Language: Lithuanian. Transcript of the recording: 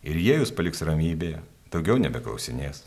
ir jie jus paliks ramybėje daugiau nebeklausinės